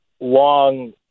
long